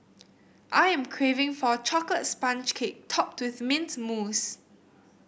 I am craving for a chocolate sponge cake topped with mint mousse